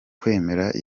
kwemera